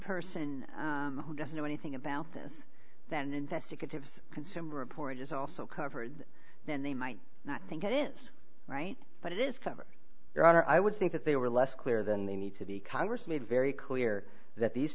person who doesn't know anything about this then investigative consumer report is also covered then they might not think it is right but it is cover your honor i would think that they were less clear than they need to be congress made very clear that these